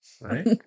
Right